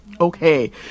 Okay